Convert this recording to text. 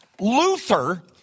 Luther